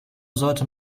sollte